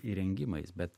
įrengimais bet